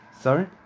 Sorry